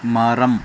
மரம்